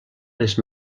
les